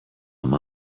him